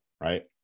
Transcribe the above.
right